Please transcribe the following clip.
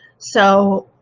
so,